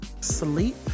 sleep